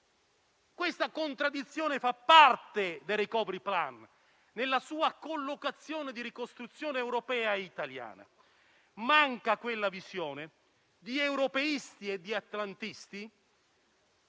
Questa contraddizione fa parte del *recovery plan* nella sua collocazione di ricostruzione europea e italiana. Manca quella visione di europeisti e di atlantisti